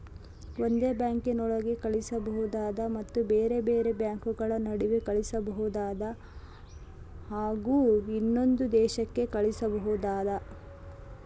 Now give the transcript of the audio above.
ಒಂದೇ ಬ್ಯಾಂಕಿನೊಳಗೆ ಕಳಿಸಬಹುದಾ ಮತ್ತು ಬೇರೆ ಬೇರೆ ಬ್ಯಾಂಕುಗಳ ನಡುವೆ ಕಳಿಸಬಹುದಾ ಹಾಗೂ ಇನ್ನೊಂದು ದೇಶಕ್ಕೆ ಕಳಿಸಬಹುದಾ?